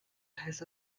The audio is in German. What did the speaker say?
teils